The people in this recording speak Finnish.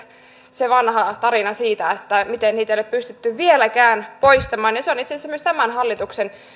se vanha tarina siitä että miten niitä ei ole pystytty vieläkään poistamaan ja se on itse asiassa myös tämän hallituksen